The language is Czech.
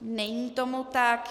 Není tomu tak.